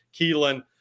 Keelan